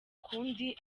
kundi